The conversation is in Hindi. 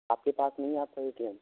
आपके पास नहीं है आपका ए टी एम